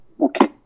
Okay